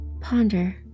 ponder